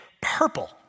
purple